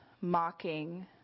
mocking